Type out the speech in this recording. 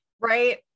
Right